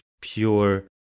pure